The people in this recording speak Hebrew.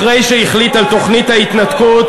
אחרי שהחליט על תוכנית ההתנתקות,